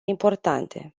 importante